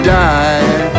die